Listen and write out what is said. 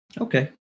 Okay